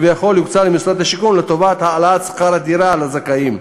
שכביכול הוקצו למשרד השיכון לטובת העלאת ההשתתפות בשכר-הדירה לזכאים.